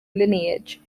lineage